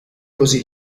così